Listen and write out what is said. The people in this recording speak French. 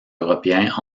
européen